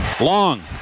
Long